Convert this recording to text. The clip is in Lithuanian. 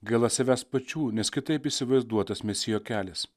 gaila savęs pačių nes kitaip įsivaizduotas mesijo kelias